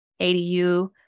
ADU